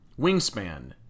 wingspan